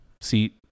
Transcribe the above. See